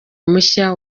mushya